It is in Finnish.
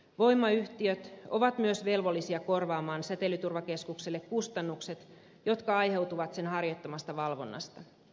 voimayhtiöt ovat myös velvollisia korvaamaan säteilyturvakeskukselle kustannukset jotka aiheutuvat sen harjoittamasta valvonnasta